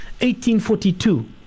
1842